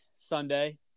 Sunday